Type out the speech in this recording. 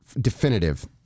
definitive